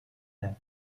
her